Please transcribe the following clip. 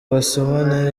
basomana